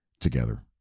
together